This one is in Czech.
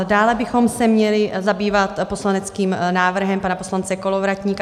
Dále bychom se měli zabývat poslaneckým návrhem pana poslance Kolovratníka.